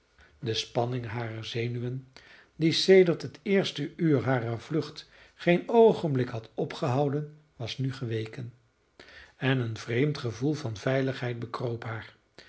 de spanning harer zenuwen die sedert het eerste uur harer vlucht geen oogenblik had opgehouden was nu geweken en een vreemd gevoel van veiligheid bekroop haar